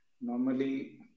normally